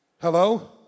Hello